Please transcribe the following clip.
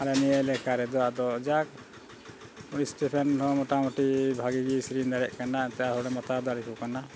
ᱟᱞᱮ ᱱᱤᱭᱟᱹ ᱮᱞᱟᱠᱟ ᱨᱮᱫᱚ ᱟᱫᱚ ᱡᱟᱜᱽ ᱥᱴᱤᱯᱷᱟᱱ ᱦᱚᱸ ᱢᱚᱴᱟᱢᱩᱴᱤ ᱵᱷᱟᱜᱤᱜᱮ ᱥᱮᱨᱮᱧ ᱫᱟᱲᱮᱭᱟᱜ ᱠᱟᱱᱟᱭ ᱮᱴᱟᱜ ᱦᱚᱲᱮ ᱢᱮᱛᱟᱣ ᱫᱟᱲᱮ ᱟᱠᱚ ᱠᱟᱱᱟ